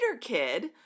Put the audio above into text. kid